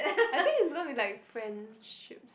I think is gonna be like friendships